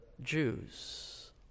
Jews